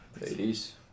Ladies